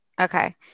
Okay